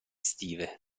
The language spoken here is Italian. estive